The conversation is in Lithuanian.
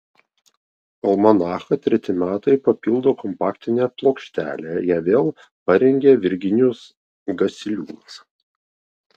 almanachą treti metai papildo kompaktinė plokštelė ją vėl parengė virginijus gasiliūnas